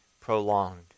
prolonged